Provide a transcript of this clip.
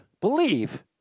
believe